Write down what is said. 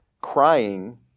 crying